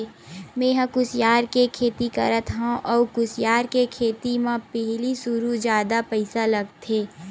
मेंहा ह कुसियार के खेती करत हँव अउ कुसियार के खेती म पहिली सुरु जादा पइसा लगथे